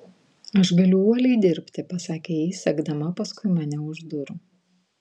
aš galiu uoliai dirbti pasakė ji sekdama paskui mane už durų